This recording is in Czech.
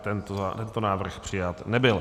Tento návrh přijat nebyl.